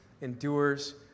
endures